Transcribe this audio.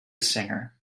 singer